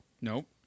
Nope